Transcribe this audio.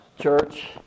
church